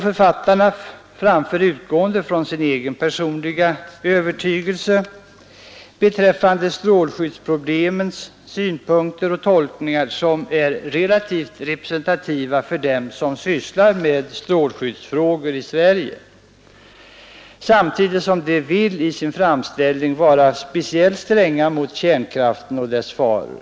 Författarna anger där, utgående från sin egen personliga övertygelse rörande strålskyddsproblemen, sina synpunkter och tolkningar, som är relativt representativa för dem som sysslar med strålskyddsfrågor i Sverige, samtidigt som de i sin framställning vill vara speciellt stränga mot kärnkraften och dess faror.